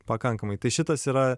pakankamai tai šitas yra